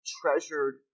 treasured